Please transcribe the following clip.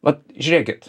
vat žiūrėkit